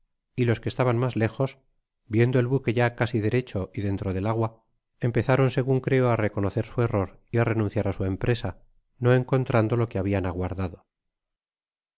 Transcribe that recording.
y los que estaban mas lejos viendo el buque ya casi derecho y dentro dal agua empegaron segun creo á reconocer su error y á renunciar i su empresa uo encontrando lo que habian aguardado